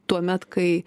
tuomet kai